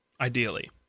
ideally